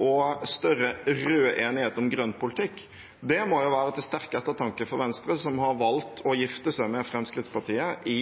og større rød enighet om grønn politikk. Det må jo være til sterk ettertanke for Venstre, som har valgt å gifte seg med Fremskrittspartiet –